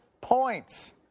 points